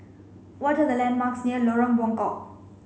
what are the landmarks near Lorong Buangkok